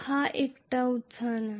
हा एकटा एक्सायटेड नाही